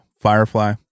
Firefly